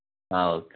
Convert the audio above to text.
okay